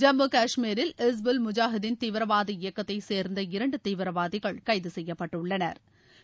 ஜம்மு காஷ்மீரில் இச்புல் முஜாவுதின் தீவிரவாத இயக்கத்தை சேர்ந்த இரண்டு தீவிரவாதிகள் கைது செய்யப்பட்டுள்ளனா்